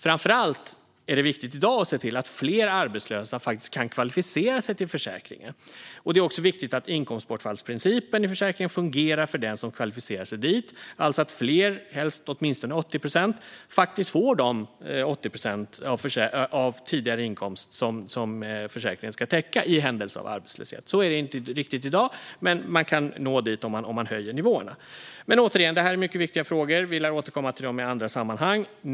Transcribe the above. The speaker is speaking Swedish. Framför allt är det viktigt i dag att se till att fler arbetslösa faktiskt kan kvalificera sig till försäkringen. Det är också viktigt att inkomstbortfallsprincipen i försäkringen fungerar för den som kvalificerar sig dit, alltså att fler, helst åtminstone 80 procent, får de 80 procent av tidigare inkomst som försäkringen ska täcka i händelse av arbetslöshet. Så är det inte riktigt i dag, men man kan nå dit om man höjer nivån. Återigen: Det här är mycket viktiga frågor. Vi lär återkomma till dem i andra sammanhang.